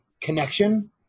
connection